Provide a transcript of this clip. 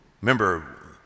remember